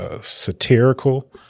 satirical